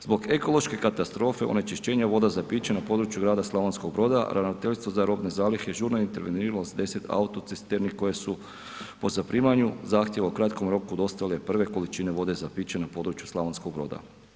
Zbog ekološke katastrofe onečišćenja vode za piće na području grada Slavonskog Broda, Ravnateljstvo za robne zalihe žurno je interveniralo sa 10 autocisterni koje su po zaprimanju zahtjeva u kratkom roku dostavljene prve količine vode za piće na području Slavonskog Broda.